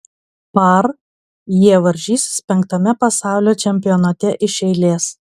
par jie varžysis penktame pasaulio čempionate iš eilės